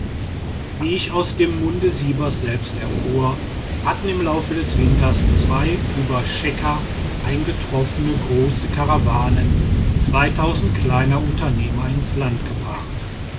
wie ich aus dem munde sibers selbst erfuhr hatten im laufe des winters zwei über schekka eingetroffene große karawanen kleiner unternehmer ins land gebracht